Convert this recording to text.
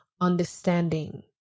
understanding